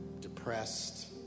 depressed